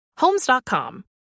Homes.com